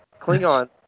Klingon